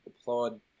applaud